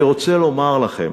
אני רוצה לומר לכם